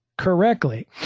correctly